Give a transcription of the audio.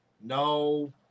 No